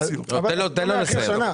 תן לו לסיים.